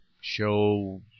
show